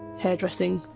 hairdressing,